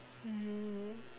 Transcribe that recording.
mm